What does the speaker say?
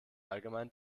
allgemein